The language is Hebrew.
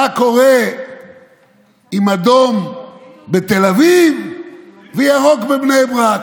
מה קורה אם אדום בתל אביב וירוק בבני ברק?